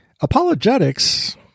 Apologetics